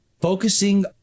focusing